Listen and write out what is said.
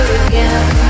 again